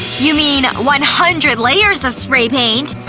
you mean one hundred layers of spray paint.